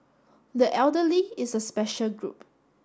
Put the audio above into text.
the elderly is a special group